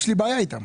יש לי בעיה איתם.